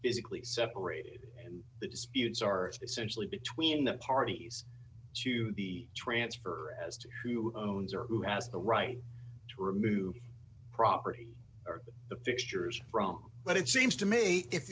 physically separated that is views are essentially between the parties to the transfer as to who owns or who has the right to remove property or the fixtures from but it seems to me if